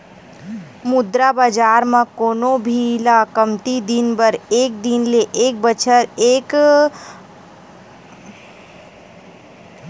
मुद्रा बजार म कोनो भी ल कमती दिन बर एक दिन ले एक बछर बर ही करजा देय जाथे